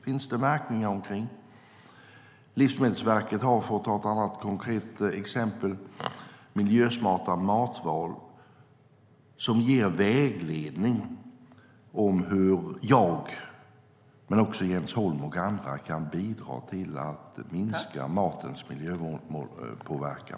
För att ta ett annat konkret exempel har Livsmedelsverket sina miljösmarta matval som ger vägledning om hur jag, Jens Holm och andra kan bidra till att minska matens miljöpåverkan.